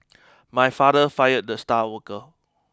my father fired the star worker